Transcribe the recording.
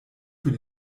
für